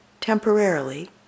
temporarily